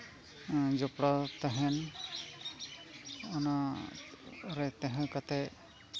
ᱡᱚᱯᱲᱟᱣ ᱛᱟᱦᱮᱱ ᱚᱱᱟ ᱨᱮ ᱛᱟᱦᱮᱸ ᱠᱟᱛᱮᱫ